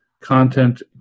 Content